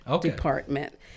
department